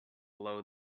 blow